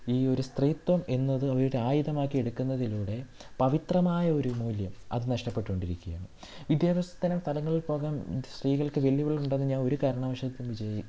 ഈയൊരു സ്ത്രീത്വം എന്നത് ഒരു ആയുധമാക്കി എടുക്കുന്നതിലൂടെ പവിത്രമായ ഒരു മൂല്യം അത് നഷ്ടപ്പെട്ടുകൊണ്ടിരിക്കുകയാണ് വിദ്യാഭ്യാസത്തിനും സ്ഥലങ്ങളിൽ പോകാൻ സ്ത്രീകൾക്ക് വെല്ലുവിളികൾ ഉണ്ടെന്ന് ഞാൻ ഒരു കാരണവശാലും വിചാ